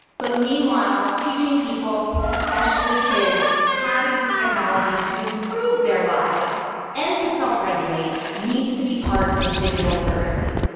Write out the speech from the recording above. but meanwhile, teaching people, especially kids, how to use technology to improve their lives and to self-regulate needs to be part of digital literacy.